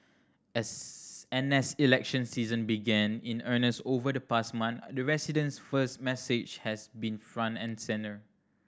as and as election season began in earnest over the past month the residents first message has been front and centre